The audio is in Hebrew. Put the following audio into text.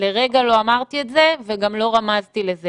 לרגע לא אמרתי את זה, וגם לא רמזתי לזה.